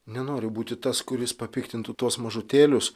nenoriu būti tas kuris papiktintų tuos mažutėlius